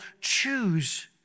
choose